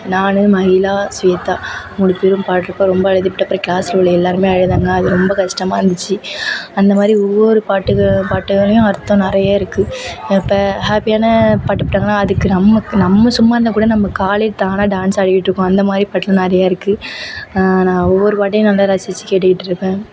நான் மஹிளா ஸ்வேதா மூணு பேரும் பாட்றப்போ ரொம்ப அழுதுப்புட்டா அதற்கப்புறம் க்ளாஸில் உள்ள எல்லாருமே அழுதாங்க அது ரொம்ப கஸ்டமாக இருந்துச்சு அந்தமாதிரி ஒவ்வொரு பாட்டுக்கு பாட்டுலையும் அர்த்தம் நிறைய இருக்கு இப்போ ஹாப்பியான பாட்டு போட்டாங்கன்னா அதுக்கு நம்மக்கு நம்ம சும்மா இருந்தால் கூட நம்ம காலே தானாக டான்ஸ் ஆடிகிட்டு இருக்கும் அந்தமாதிரி பாட்டு நிறையா இருக்கு நான் ஒவ்வொருவாட்டியும் நல்லா ரசிச்சு கேட்டுகிட்டு இருப்பேன்